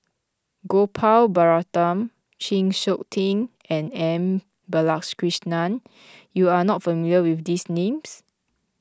Gopal Baratham Chng Seok Tin and M Balakrishnan you are not familiar with these names